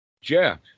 Jeff